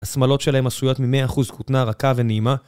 השמלות שלהן עשויות ממאה אחוז כותנה רכה ונעימה